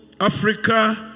Africa